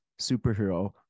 superhero